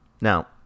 Now